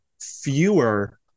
fewer